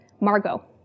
Margot